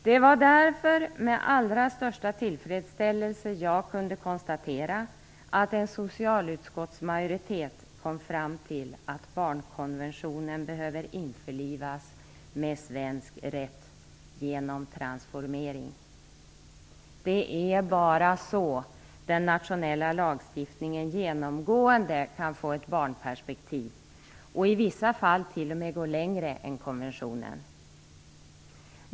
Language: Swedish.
Det var därför med allra största tillfredsställelse jag kunde konstatera att en socialutskottsmajoritet kom fram till att barnkonventionen behöver införlivas med svensk rätt genom transformering. Det är bara så den nationella lagstiftningen genomgående kan få ett barnperspektiv och i vissa fall t.o.m. gå längre än konventionen.